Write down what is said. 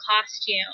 costume